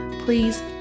please